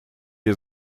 для